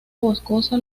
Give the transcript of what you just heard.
boscosa